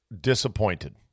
disappointed